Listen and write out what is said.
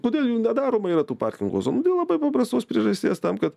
kodėl jų nedaroma yra tų parkingų zonų dėl labai paprastos priežasties tam kad